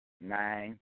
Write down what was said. nine